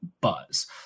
buzz